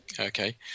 Okay